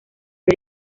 oír